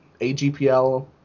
AGPL